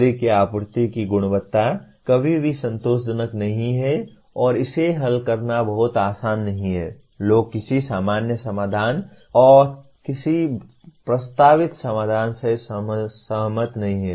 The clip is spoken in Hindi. बिजली की आपूर्ति की गुणवत्ता कभी भी संतोषजनक नहीं है और इसे हल करना बहुत आसान नहीं है और लोग किसी सामान्य समाधान किसी प्रस्तावित समाधान से सहमत नहीं हैं